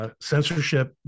Censorship